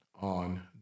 on